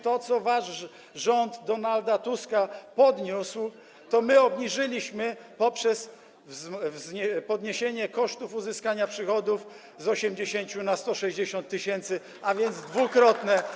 To, co wasz rząd, rząd Donalda Tuska, podniósł, my obniżyliśmy poprzez podniesienie poziomu kosztów uzyskania przychodów z 80 na 160 tys., a więc dwukrotne.